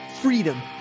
freedom